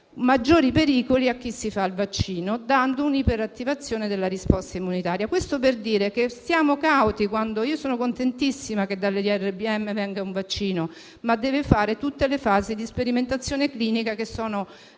maggiori pericoli a chi fa il vaccino, dando un'iperattivazione della risposta immunitaria. Dico questo per invitare a essere cauti. Io sono contentissima che dall'IRBM venga un vaccino, ma deve passare tutte le fasi di sperimentazione clinica